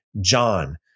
john